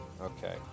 Okay